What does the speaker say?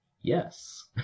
yes